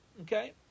Okay